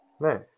Nice